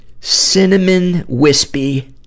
cinnamon-wispy